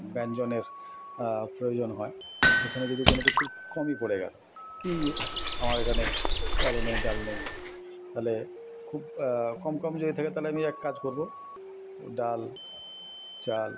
ব্যঞ্জনের প্রয়োজন হয় সেখানে যদি কোনো কিছু কমই পড়ে গেল কি আমার এখানে চালও নেই ডাল নেই ফলে খুব কম কম যদি থাকে তাহলে আমি এক কাজ করব ডাল চাল